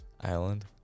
Island